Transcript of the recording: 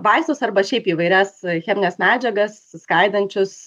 vaistus arba šiaip įvairias chemines medžiagas skaidančius